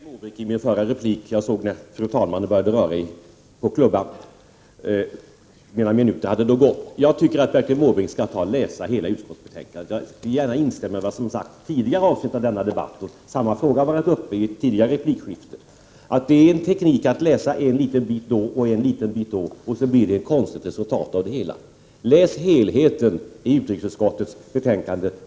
Fru talman! Jag hann inte med att svara Bertil Måbrink i min förra replik. Jag såg när fru talmannen började röra vid klubban, och mina minuter för replik hade då gått. Jag tycker att Bertil Måbrink skall läsa hela utskottsbetänkandet. Jag vill gärna instämma i vad som sagts i tidigare avsnitt av denna debatt, då samma fråga var uppe i ett tidigare replikskifte. Om man använder tekniken att läsa en liten bit då och en liten bit då av ett utskottsbetänkande, blir det ett konstigt resultat av det hela. Läs helheten i utrikesutskottets betänkande!